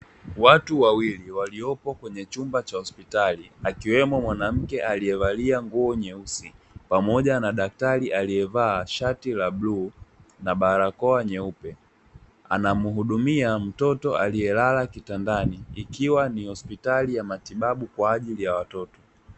Watu wawili waliopo kwenye chumba cha hospitali, akiwemo mwanamke aliyevalia nguo nyeusi, pamoja na daktari aliyevaa shati la bluu, na barakoa nyeupe. Anamuhudumia mtoto aliyelala kitandani, ikiwa ni hospital ya matibabu kwa ajili ya watoto.